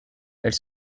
elles